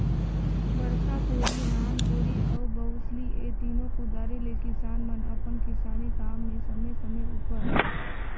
बड़खा कोड़ी, नान कोड़ी अउ बउसली ए तीनो कुदारी ले किसान मन अपन किसानी काम मे समे समे उपर